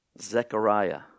Zechariah